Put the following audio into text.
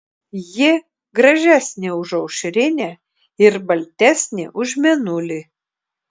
ji gražesnė už aušrinę ir baltesnė už mėnulį